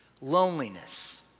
loneliness